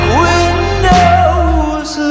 windows